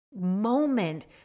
moment